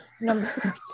Number